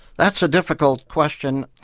that's a difficult question.